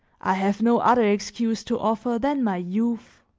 i have no other excuse to offer than my youth,